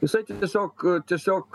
jisai tiesiog tiesiog